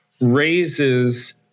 raises